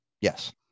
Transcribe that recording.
yes